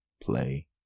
play